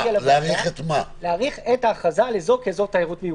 להאריך את ההכרזה על אזור כאזור תיירות מיוחד.